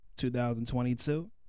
2022